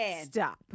stop